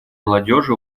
молодежи